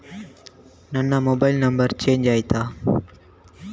ನನ್ನ mobile number change ಆಯ್ತಾ?